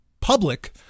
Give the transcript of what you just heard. public